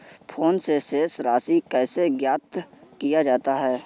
Phone से शेष राशि कैसे ज्ञात किया जाता है?